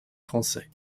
français